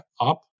up